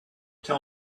tell